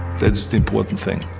that is the important thing.